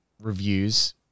reviews